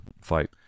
fight